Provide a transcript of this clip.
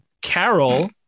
carol